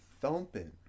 thumping